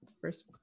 first